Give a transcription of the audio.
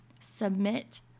Submit